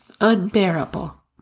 unbearable